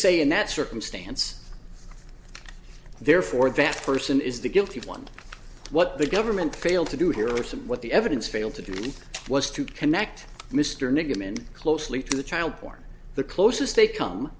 say in that circumstance therefore that person is the guilty one what the government failed to do here are some what the evidence failed to do was to connect mr nigam and closely to the child porn the closest they come